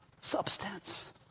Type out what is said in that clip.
substance